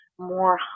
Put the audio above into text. more